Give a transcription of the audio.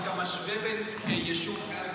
אתה משווה בין יישוב יהודי לערבי?